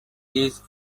this